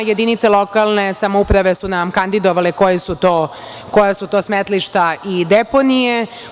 Jedinice lokalne samouprave su nam kandidovale koja su to smetlišta i deponije.